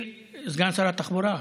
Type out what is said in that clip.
סגן שר התחבורה,